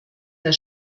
der